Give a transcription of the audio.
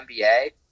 NBA